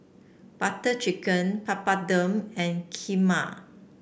Butter Chicken Papadum and Kheema